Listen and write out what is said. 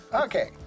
Okay